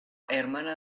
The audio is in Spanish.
hermana